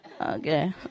Okay